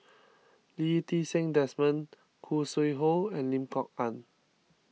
Lee Ti Seng Desmond Khoo Sui Hoe and Lim Kok Ann